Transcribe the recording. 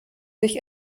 sich